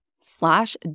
slash